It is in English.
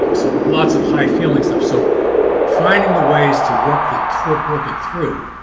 so lots of high feeling stuff. so finding the ways to work the tort work it through